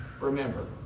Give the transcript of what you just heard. remember